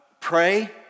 Pray